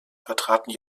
vertraten